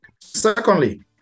Secondly